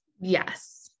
Yes